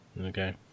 Okay